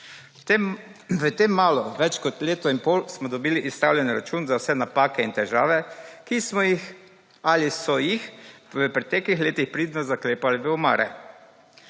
V tem malo več kot leto in pol smo dobili izstavljen račun za vse napake, ki smo jih ali so jih v preteklih letih pridno zaklepali v omare,